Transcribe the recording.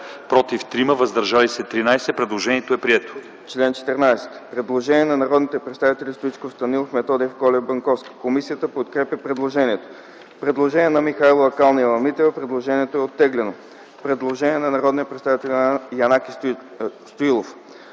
против 3, въздържали се 8. Предложението е прието.